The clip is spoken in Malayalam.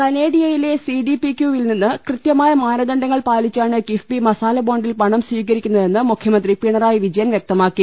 കനേഡിയയിലെ സി ഡി പി ക്യുവിൽ നിന്ന് കൃതൃ മായ മാനദണ്ഡങ്ങൾ പാലിച്ചാണ് കിഫ്ബി മസാല ബോണ്ടിൽ പണം സ്വീക രിക്കു ന്ന തെന്ന് മുഖ്യമന്ത്രി പിണറായി വിജയൻ വ്യക്തമാക്കി